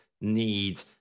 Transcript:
need